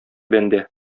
бәндә